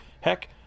heck